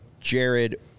Jared